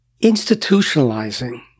institutionalizing